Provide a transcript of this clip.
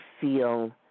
feel